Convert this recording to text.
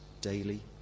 daily